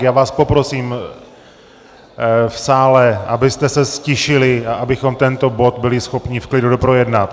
Já vás poprosím v sále, abyste se ztišili a abychom tento bod byli schopni v klidu doprojednat.